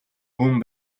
хүн